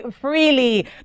freely